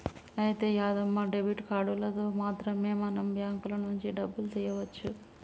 అయితే యాదమ్మ డెబిట్ కార్డులతో మాత్రమే మనం బ్యాంకుల నుంచి డబ్బులు తీయవచ్చు